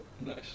Nice